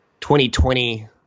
2020